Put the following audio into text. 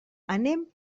anem